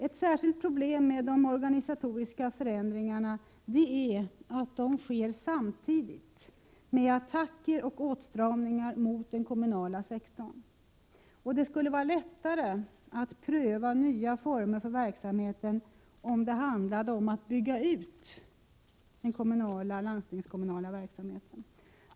Ett särskilt problem med de organisatoriska förändringarna är att de sker samtidigt med attacker mot och åtstramningar av den kommunala sektorn. Det skulle vara lättare att pröva nya former för den landstingskommunala verksamheten om det handlade om att bygga ut den.